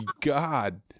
God